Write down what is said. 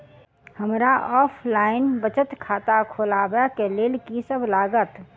हमरा ऑफलाइन बचत खाता खोलाबै केँ लेल की सब लागत?